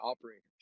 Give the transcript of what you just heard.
operators